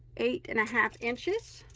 eight and a half inches,